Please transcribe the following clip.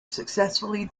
successfully